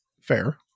Fair